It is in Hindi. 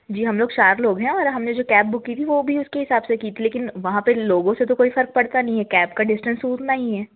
जी हम लोग चार लोग हैं और हमने जो कैब बुक की थी वो भी उसके हिसाब से की थी लेकिन वहाँ पे लोगों से तो कोई फ़र्क तो पड़ता नहीं है कैब का डिस्टेंस तो उतना ही है